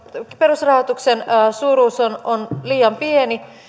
perusrahoituksen suuruus on on liian pieni